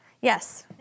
Yes